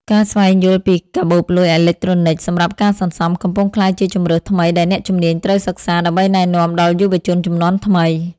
ការស្វែងយល់ពីកាបូបលុយអេឡិចត្រូនិកសម្រាប់ការសន្សំ កំពុងក្លាយជាជម្រើសថ្មីដែលអ្នកជំនាញត្រូវសិក្សា ដើម្បីណែនាំដល់យុវវ័យជំនាន់ថ្មី។